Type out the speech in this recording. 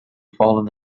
fallen